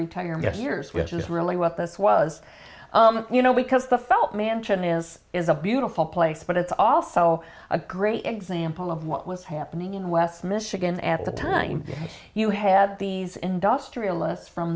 retirement years which is really what this was you know because the felt mansion is is a beautiful place but it's also a great example of what was happening in west michigan at the time you had these industrialists from